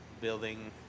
building